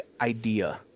idea